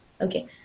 Okay